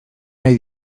nahi